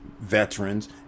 veterans